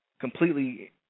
completely